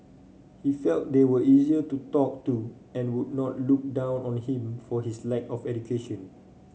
he felt they were easier to talk to and would not look down on him for his lack of education